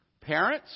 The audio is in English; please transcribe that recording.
parents